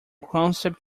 concept